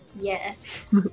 Yes